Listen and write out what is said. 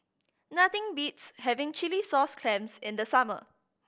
nothing beats having chilli sauce clams in the summer